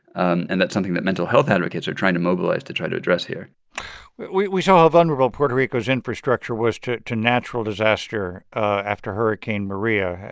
and and that's something that mental health advocates are trying to mobilize to try to address here we we saw how vulnerable puerto rico's infrastructure was to to natural disaster after hurricane maria.